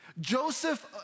Joseph